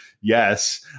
Yes